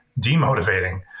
demotivating